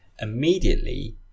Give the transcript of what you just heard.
Immediately